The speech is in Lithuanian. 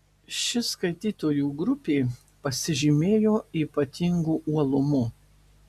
ši skaitytojų grupė pasižymėjo ypatingu uolumu